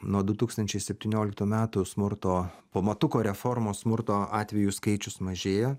nuo du tūkstančiai septynioliktų metų smurto po matuko reformos smurto atvejų skaičius mažėjo